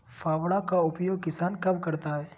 फावड़ा का उपयोग किसान कब करता है?